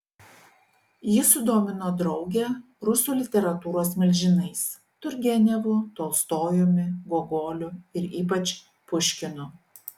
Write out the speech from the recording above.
ji sudomino draugę rusų literatūros milžinais turgenevu tolstojumi gogoliu ir ypač puškinu